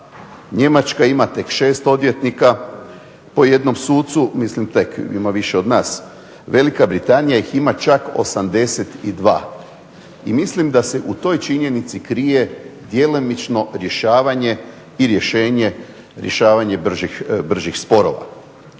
Njemačka ima tek 6 odvjetnika po jednom sucu. Mislim tek, ima više od nas. Velika Britanija ih ima čak 82. I mislim da se u toj činjenici krije djelomično rješavanje i rješenje, rješavanje brzih sporova.